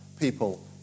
people